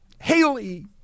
Haley